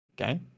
Okay